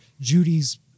Judy's